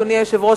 אדוני היושב-ראש,